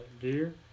dear